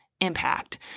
impact